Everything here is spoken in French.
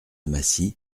massy